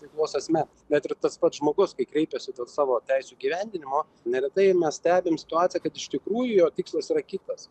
veiklos esme bet ir tas pats žmogus kai kreipiasi dėl savo teisių įgyvendinimo neretai mes stebim situaciją kad iš tikrųjų jo tikslas yra kitas